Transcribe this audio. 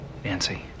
Nancy